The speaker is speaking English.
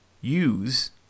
use